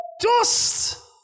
Dust